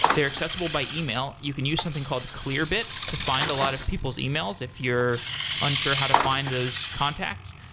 they're accessible by email. you can use something called clearbit to find a lot of people's emails if you're unsure how to find those contacts.